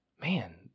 man